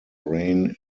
reign